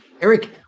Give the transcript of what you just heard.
Eric